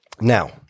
Now